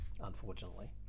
unfortunately